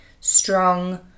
strong